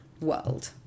world